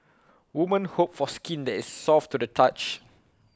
women hope for skin that is soft to the touch